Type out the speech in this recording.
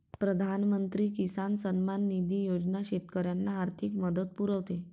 प्रधानमंत्री किसान सन्मान निधी योजना शेतकऱ्यांना आर्थिक मदत पुरवते